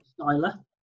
...styler